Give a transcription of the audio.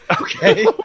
Okay